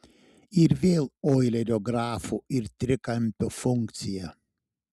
ir vėl oilerio grafų ir trikampių funkcija